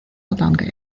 longer